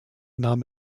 nahm